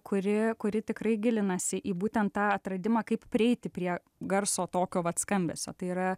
kuri kuri tikrai gilinasi į būtent tą atradimą kaip prieiti prie garso tokio vat skambesio tai yra